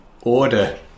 order